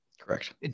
Correct